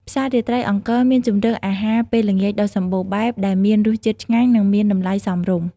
ផ្សាររាត្រីអង្គរមានជម្រើសអាហារពេលល្ងាចដ៏សម្បូរបែបដែលមានរសជាតិឆ្ងាញ់ និងមានតម្លៃសមរម្យ ។